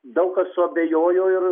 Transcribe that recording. daug kas suabejojo ir